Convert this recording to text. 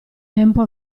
tempo